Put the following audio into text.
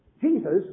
jesus